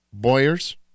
Boyers